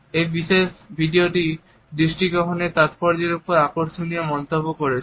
এই বিশেষ ভিডিওটি দৃষ্টি সংগ্রহের তাৎপর্যের ওপর আকর্ষণীয় মন্তব্য করেছে